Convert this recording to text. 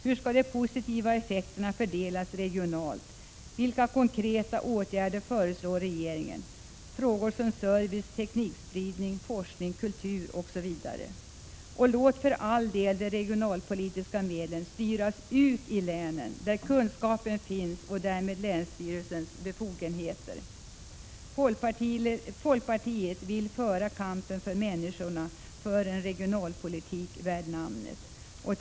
Hur skall de positiva effekterna fördelas regionalt — vilka konkreta åtgärder föreslår regeringen? Det rör sig om frågor som service, teknikspridning, forskning, kultur osv. Och låt för all del de regionalpolitiska medlen styras ut i länen, där kunskapen finns, och öka därmed länsstyrelsens befogenheter! Folkpartiet vill föra kampen för människorna, för en regionalpolitik värd namnet.